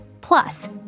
Plus